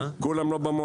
כולם לא במועצה.